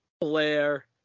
Blair